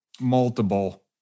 multiple